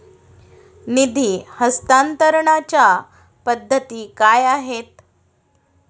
निधी हस्तांतरणाच्या पद्धती काय आहेत?